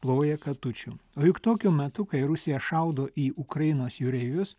ploja katučių o juk tokiu metu kai rusija šaudo į ukrainos jūreivius